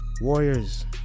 Warriors